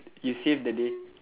he saved the day